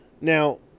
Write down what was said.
now